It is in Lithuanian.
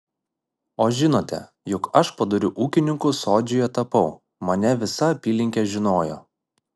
o žinote juk aš padoriu ūkininku sodžiuje tapau mane visa apylinkė žinojo